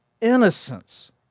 innocence